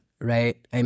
right